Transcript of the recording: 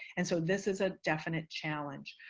and so this is a definite challenge.